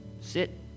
sit